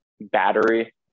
battery